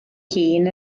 hun